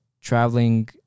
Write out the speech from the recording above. traveling